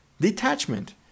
Detachment